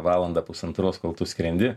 valandą pusantros kol tu skrendi